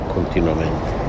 Continuamente